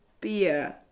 beer